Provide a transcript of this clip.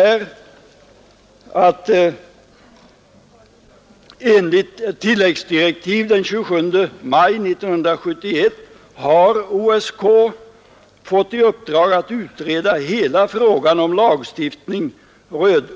Utskottet skriver: ”Enligt tilläggsdirektiv den 27 maj 1971 har OSK ——— fått i uppdrag att utreda hela frågan om lagstiftning